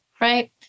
right